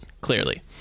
clearly